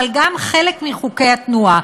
אבל גם חלק מחוקי התנועה.